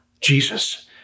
Jesus